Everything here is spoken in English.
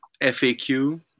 FAQ